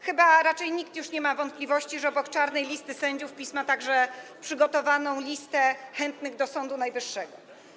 Chyba raczej nikt już nie ma wątpliwości, że obok czarnej listy sędziów PiS ma także przygotowaną listę chętnych do Sądu Najwyższego.